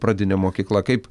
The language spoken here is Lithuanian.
pradinė mokykla kaip